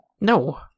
No